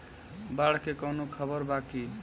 बाढ़ के कवनों खबर बा की?